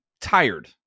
tired